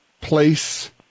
place